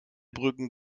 brücken